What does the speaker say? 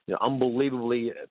unbelievably